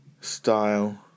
style